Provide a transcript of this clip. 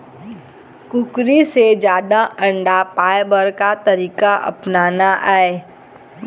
कुकरी से जादा अंडा पाय बर का तरीका अपनाना ये?